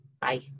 Bye